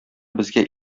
безгә